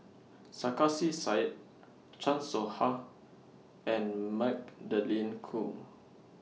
Sarkasi Said Chan Soh Ha and Magdalene Khoo